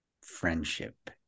friendship